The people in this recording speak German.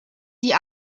die